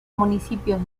municipios